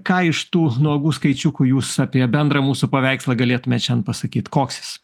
ką iš tų nuogų skaičiukų jūs apie bendrą mūsų paveikslą galėtumėt šian pasakyt koks jis